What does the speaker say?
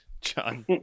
john